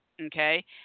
okay